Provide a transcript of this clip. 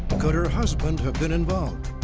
could her husband have been involved?